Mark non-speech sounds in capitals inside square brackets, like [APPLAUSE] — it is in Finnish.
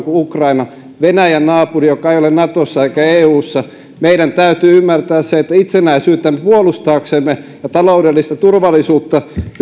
[UNINTELLIGIBLE] kuin ukraina venäjän naapuri joka ei ole natossa eikä eussa meidän täytyy ymmärtää se että itsenäisyyttämme puolustaaksemme ja taloudellista turvallisuutta